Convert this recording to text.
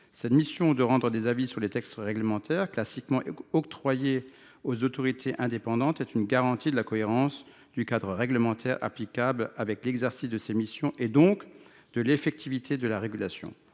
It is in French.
La mission de rendre des avis sur les textes réglementaires, classiquement octroyée aux autorités indépendantes, garantit la cohérence du cadre réglementaire applicable avec l’exercice de ses missions, donc l’effectivité de la régulation.